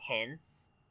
intense